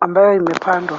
ambayo imepandwa.